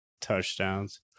touchdowns